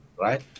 right